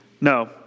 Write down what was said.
No